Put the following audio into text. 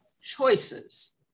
choices